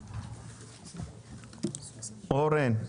אורן,